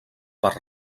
per